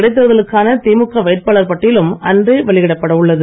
இடைத்தேர்தலுக்கான திமுக வேட்பாளர் பட்டியலும் அன்றே வெளியிடப்பட உள்ளது